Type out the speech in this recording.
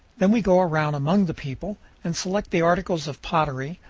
then we go around among the people and select the articles of pottery,